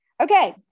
Okay